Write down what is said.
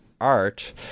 ART